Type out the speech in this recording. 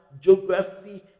geography